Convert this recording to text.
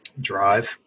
Drive